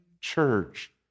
church